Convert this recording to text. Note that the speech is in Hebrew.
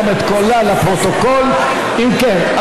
אם כן,